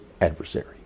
adversary